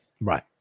Right